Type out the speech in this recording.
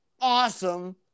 awesome